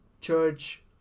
church